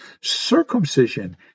Circumcision